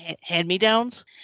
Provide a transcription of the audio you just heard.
hand-me-downs